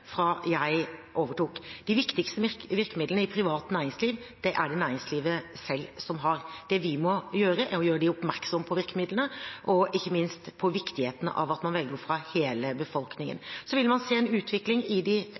fra jeg overtok. De viktigste virkemidlene i privat næringsliv er det næringslivet selv som har. Det vi må gjøre, er å gjøre dem oppmerksom på virkemidlene og ikke minst på viktigheten av at man velger fra hele befolkningen. Så vil man se en utvikling i de